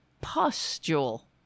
pustule